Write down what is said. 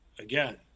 Again